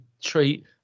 treat